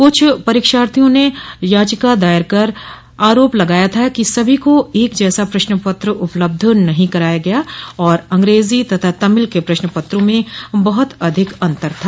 कुछ परीक्षार्थियों ने याचिका दायर कर आरोप लगाया था कि सभी को एक जसा प्रश्नपत्र उपलब्ध नहीं कराया गया और अंग्रेजी तथा तमिल के प्रश्नपत्रों में बहुत अधिक अन्तर था